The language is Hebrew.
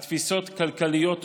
על תפיסות כלכליות שונות,